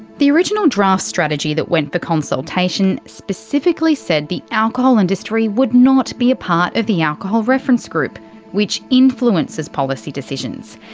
the original draft strategy that went for consultation, specifically said the alcohol industry would not be a part of the alcohol reference group which influences policy decisions.